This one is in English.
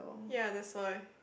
ya that's why